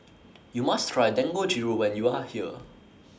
YOU must Try Dangojiru when YOU Are here